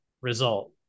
result